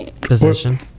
position